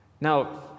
Now